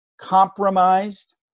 compromised